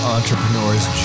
Entrepreneur's